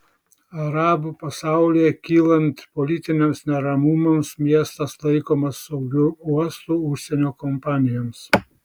arabų pasaulyje kylant politiniams neramumams miestas laikomas saugiu uostu užsienio kompanijoms